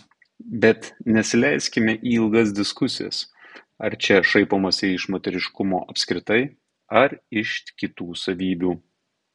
bet nesileiskime į ilgas diskusijas ar čia šaipomasi iš moteriškumo apskritai ar iš kitų savybių